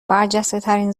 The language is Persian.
برجستهترین